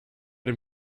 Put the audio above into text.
dem